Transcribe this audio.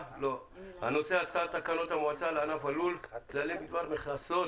היום הצעת תקנות המועצה לענף הלול (כללים בדבר מכסות